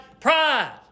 pride